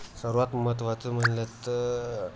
सर्वात महत्त्वाचं म्हटलं तर